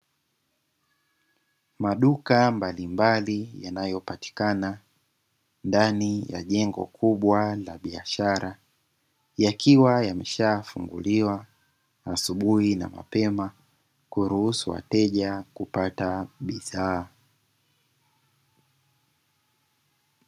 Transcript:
Maduka mbalimbali yanayopatikana ndani ya jengo kubwa la biashara yakiwa yameshafungiliwa asubuhi na mapema, kuruhusu wateja kupata bidhaa.